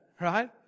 Right